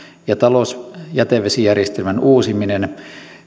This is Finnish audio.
ja talousjätevesijärjestelmän uusiminen